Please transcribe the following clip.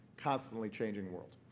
constantly changing world.